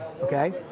Okay